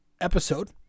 episode